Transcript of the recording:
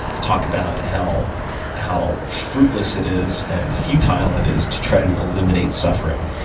talk about how how fruitless it is and futile it is to try to eliminate suffering